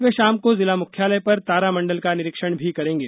वे शाम को जिला मुख्यालय पर तारामंडल का निरीक्षण भी करेंगे